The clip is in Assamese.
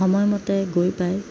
সময়মতে গৈ পায়